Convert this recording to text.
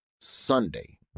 Sunday